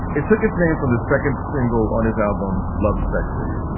it took its name from the second single on his album, love sexy.